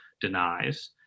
denies